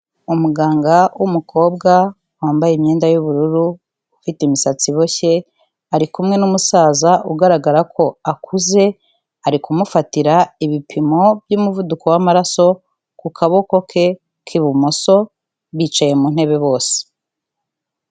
Umuganga w'umukobwa, wambaye imyenda y'ubururu, ufite imisatsi iboshye, ari kumwe n'umusaza ugaragara ko akuze, ari kumufatira ibipimo by'umuvuduko w'amaraso ku kaboko ke k'ibumoso, bicaye mu ntebe bose.